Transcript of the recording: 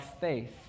faith